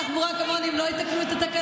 שעם שרת תחבורה כמוני הם לא יתקנו את התקלות?